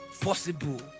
possible